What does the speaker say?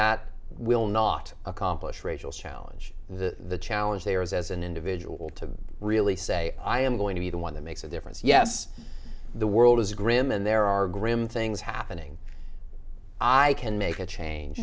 that will not accomplish racial challenge the challenge there is as an individual to really say i am going to be the one that makes a difference yes the world is grim and there are grim things happening i can make a change